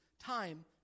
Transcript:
Time